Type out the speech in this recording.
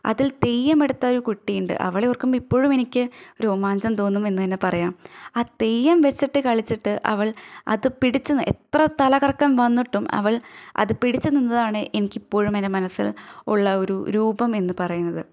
അതിൽ തെയ്യം എടുത്ത ഒരു കുട്ടിയുണ്ട് അവളെ ഓർക്കുമ്പോൾ ഇപ്പോഴും എനിക്ക് രോമാഞ്ചം തോന്നും എന്നു തന്നെ പറയാം ആ തെയ്യം വെച്ചിട്ട് കളിച്ചിട്ട് അവൾ അത് പിടിച്ച് ന് എത്ര തല കറക്കം വന്നിട്ടും അവൾ അത് പിടിച്ചു നിന്നതാണ് എനിക്ക് ഇപ്പോഴും എൻ്റെ മനസ്സിൽ ഉള്ള ഒരു രൂപം എന്നു പറയുന്നത്